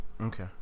Okay